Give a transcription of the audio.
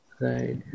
Right